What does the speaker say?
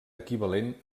equivalent